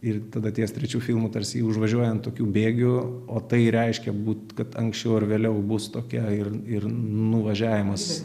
ir tada ties trečiu filmu tarsi užvažiuoja ant tokių bėgių o tai reiškia būt kad anksčiau ar vėliau bus tokia ir ir nuvažiavimas